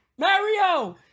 Mario